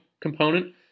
component